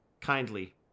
kindly